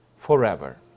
forever